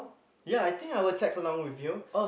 ya I think I will tag along with you